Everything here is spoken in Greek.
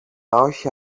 όχι